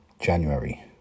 January